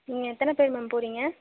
நீங்கள் எத்தனை பேர் மேம் போகிறீங்க